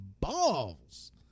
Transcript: balls